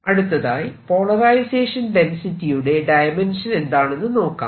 അടുത്തതായി പോളറൈസേഷൻ ഡെൻസിറ്റിയുടെ ഡയമെൻഷൻ എന്താണെന്ന് നോക്കാം